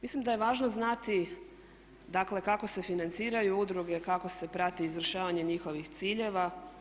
Mislim da je važno znati dakle kako se financiraju udruge, kako se prati izvršavanje njihovih ciljeva.